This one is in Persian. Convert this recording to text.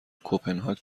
کپنهاک